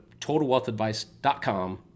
TotalWealthAdvice.com